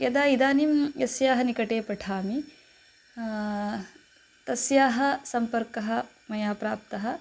यदा इदानीं यस्याः निकटे पठामि तस्याः सम्पर्कः मया प्राप्तः